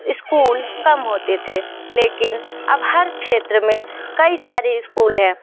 school कम होते थे लेकिन अब हर क्षेत्र में कई सारे इस्कूल हैं